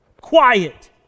quiet